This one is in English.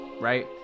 right